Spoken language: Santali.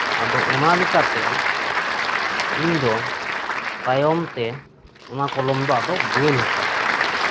ᱟᱫᱚ ᱚᱱᱟ ᱞᱮᱠᱟᱛᱮ ᱤᱧ ᱫᱚ ᱛᱟᱭᱚᱢ ᱛᱮ ᱚᱱᱟ ᱠᱚᱞᱚᱢ ᱫᱚ ᱟᱫᱚ ᱵᱟᱹᱧ ᱦᱟᱛᱟᱣᱟ